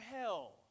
hell